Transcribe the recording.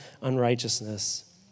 unrighteousness